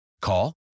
Call